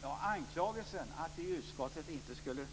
Fru talman! Anklagelsen att vi i utskottet inte skulle